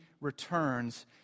returns